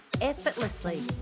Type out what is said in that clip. effortlessly